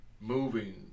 moving